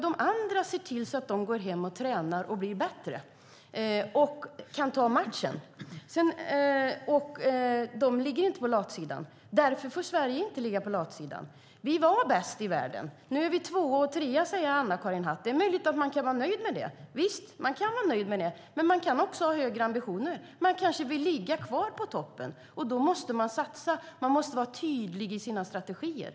De andra ser till att de går hem och tränar, så att de blir bättre och kan ta matchen. De ligger inte på latsidan. Därför får inte heller Sverige ligga på latsidan. Vi var bäst i världen. Nu är vi tvåa och trea, säger Anna-Karin Hatt. Det är möjligt att man kan vara nöjd med det. Men man kan också ha högre ambitioner. Man kanske vill ligga kvar på toppen. Då måste man satsa. Man måste vara tydlig i sina strategier.